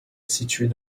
située